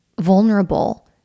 vulnerable